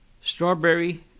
strawberry